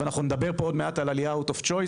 ונדבר פה עוד מעט על העלייה מבחירה,